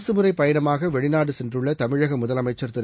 அரசுமுறைப் பயணமாக வெளிநாடு சென்றுள்ள தமிழக முதலமைச்சர் திரு